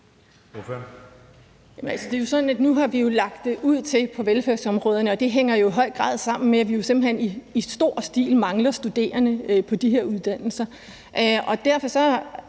nu har vi lagt det ud til at ske på velfærdsområderne. Det hænger i høj grad sammen med, at vi jo simpelt hen i stor stil mangler studerende på de her uddannelser.